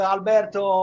Alberto